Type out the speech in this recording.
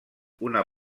una